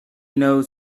knows